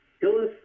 hillis